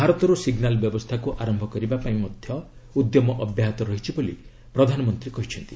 ଭାରତରୁ ସିଗ୍ନାଲ୍ ବ୍ୟବସ୍ଥାକୁ ଆରମ୍ଭ କରିବାପାଇଁ ଉଦ୍ୟମ ଅବ୍ୟାହତ ରହିଛି ବୋଲି ପ୍ରଧାନମନ୍ତ୍ରୀ କହିଛନ୍ତି